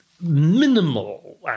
minimal